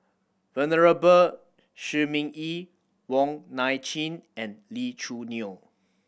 Venerable Shi Ming Yi Wong Nai Chin and Lee Choo Neo